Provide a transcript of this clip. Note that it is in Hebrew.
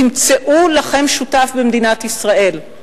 תמצאו לכם שותף במדינת ישראל.